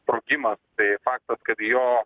sprogimas tai faktas kad jo